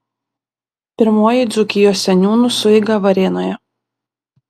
pirmoji dzūkijos seniūnų sueiga varėnoje